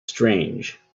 strange